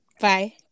Bye